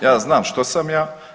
Ja znam što sam ja.